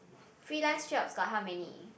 freelance jobs got how many